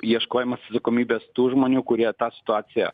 ieškojimas atsakomybės tų žmonių kurie tą situaciją